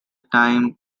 time